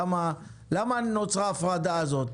למה נוצרה ההפרדה הזו,